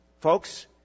Folks